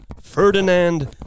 Ferdinand